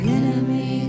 enemy